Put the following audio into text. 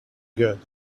god